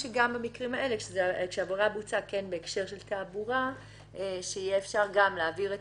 רוצים שכשהעבירה בוצעה בהקשר של תעבורה יהיה אפשר להעביר את